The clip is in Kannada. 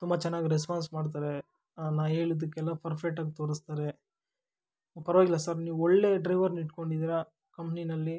ತುಂಬ ಚೆನ್ನಾಗಿ ರೆಸ್ಪಾನ್ಸ್ ಮಾಡ್ತಾರೆ ನಾನು ಹೇಳಿದ್ದಕ್ಕೆಲ್ಲ ಪರ್ಫೆಕ್ಟಾಗಿ ತೋರಿಸ್ತಾರೆ ಪರವಾಗಿಲ್ಲ ಸರ್ ನೀವು ಒಳ್ಳೆಯ ಡ್ರೈವರನ್ನ ಇಟ್ಕೊಂಡಿದ್ದೀರ ಕಂಪ್ನಿನಲ್ಲಿ